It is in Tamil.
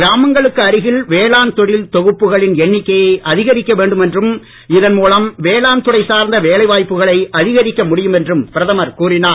கிராமங்களுக்கு அருகில் வேளாண் தொழில் தொகுப்புகளின் எண்ணிக்கையை அதிகரிக்க வேண்டும் என்றும் இதன் மூலம் வேளாண் துறை சார்ந்த வேலை வாய்ப்புகளை அதிகரிக்க முடியும் என்றும் பிரதமர் கூறினார்